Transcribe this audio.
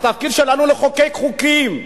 התפקיד שלנו הוא לחוקק חוקים.